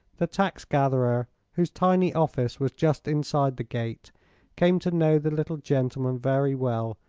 the tax gatherer whose tiny office was just inside the gate came to know the little gentleman very well,